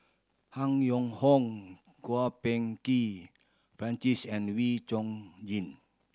Han Yong Hong Kwok Peng Kin Francis and Wee Chong Jin